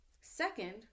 Second